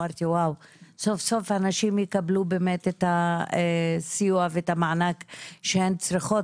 אמרתי: סוף-סוף הנשים יקבלו את הסיוע ואת המענק שהן צריכות,